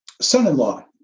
son-in-law